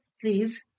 please